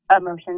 emotions